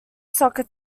soccer